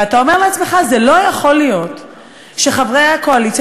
ואתה אומר לעצמך: זה לא יכול להיות שחברי הקואליציה,